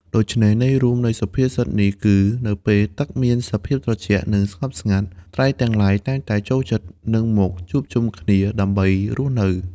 ដូច្នេះ ន័យរួមនៃសុភាសិតនេះគឺ នៅពេលទឹកមានសភាពត្រជាក់ និងស្ងប់ស្ងាត់ ត្រីទាំងឡាយតែងតែចូលចិត្ត និងមកជួបជុំគ្នា ដើម្បីរស់នៅ។